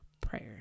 Prayer